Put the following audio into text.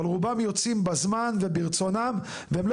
אבל רובם יוצאים בזמן וברצונם והם לא